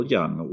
Young